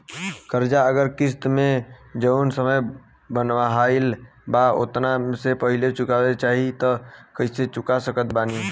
कर्जा अगर किश्त मे जऊन समय बनहाएल बा ओतना से पहिले चुकावे के चाहीं त कइसे चुका सकत बानी?